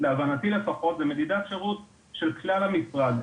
לפחות להבנתי זו מדידת שירות של כלל המשרד,